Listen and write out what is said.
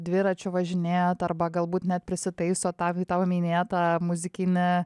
dviračiu važinėjat arba galbūt net prisitaisot tą tavo minėtą muzikinę